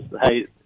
hey